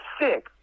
Sick